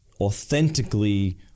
authentically